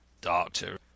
Doctor